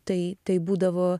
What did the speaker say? tai taip būdavo